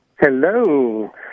Hello